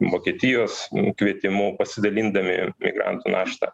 vokietijos kvietimu pasidalindami migrantų naštą